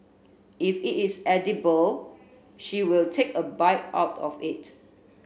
if it is edible she will take a bite out of it